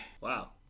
Wow